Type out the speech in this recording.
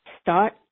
start